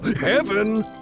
heaven